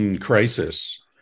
crisis